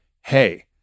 hey